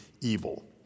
evil